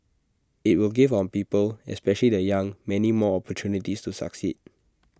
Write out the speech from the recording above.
IT will give on people especially the young many more opportunities to succeed